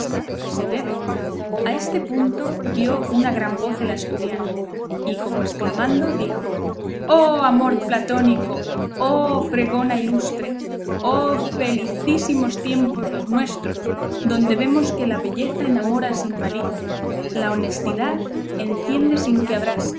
se debe a este punto dio una gran voz el asturiano y como exclamando dijo oh amor platónico oh fregona ilustre oh felicísimos tiempos los nuestros donde vemos que la belleza enamora sin malicia la honestidad enciende sin que abrase